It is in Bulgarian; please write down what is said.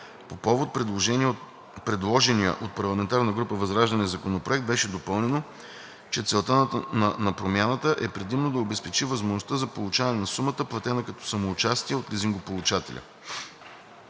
По повод предложения от парламентарната група на ВЪЗРАЖДАНЕ законопроект беше допълнено, че целта на промяната е предимно да обезпечи възможността за получаване на сумата, платена като самоучастие от лизингополучателя.